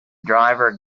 driver